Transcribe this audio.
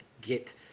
get